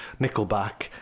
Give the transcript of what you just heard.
Nickelback